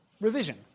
revision